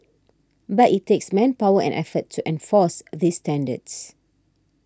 but it takes manpower and effort to enforce these standards